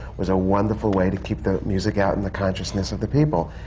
was a wonderful way to keep the music out in the consciousness of the people.